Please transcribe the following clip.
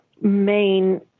main